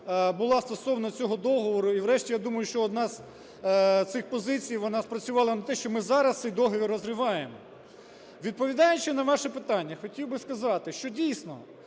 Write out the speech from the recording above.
була стосовно цього договору. І врешті я думаю, що одна з цих позицій, вона спрацювала на те, що ми зараз цей договір розриваємо. Відповідаючи на ваше питання, хотів би сказати, що, дійсно,